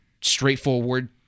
straightforward